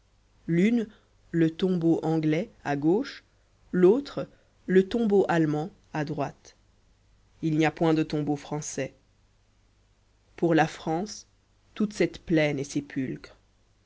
l'une le tombeau anglais à gauche l'autre le tombeau allemand à droite il n'y a point de tombeau français pour la france toute cette plaine est